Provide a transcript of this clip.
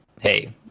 hey